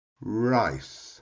rice